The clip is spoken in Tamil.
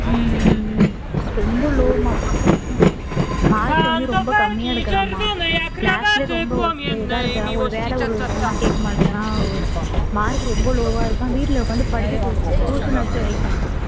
ம் ம் ம் ரொம்ப லோ மா மார்க்கு வந்து மார்க்கு வந்து ரொம்ப கம்மியாக எடுக்கிறான்மா கிளாஸ்லேயே ரொம்ப வொஸ்ட்டு ஒரு இதாக இருக்கிறான் ஒரு வேலை ஒரு சொன்னால் கேட்க மாட்டேக்கிறான் மார்க்கு ரொம்ப லோவாக இருக்கான் வீட்டில் உட்காந்து படிக்க சொல்லுங்க அவன் டியூசனாச்சும் வைங்க இல்லைனா